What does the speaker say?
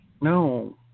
no